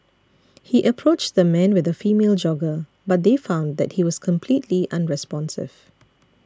he approached the man with a female jogger but they found that he was completely unresponsive